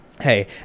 Hey